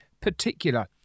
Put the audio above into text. particular